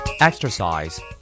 Exercise